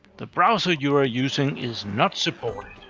the browser you are using is not supported.